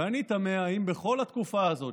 ואני תמה: האם בכל התקופה הזאת,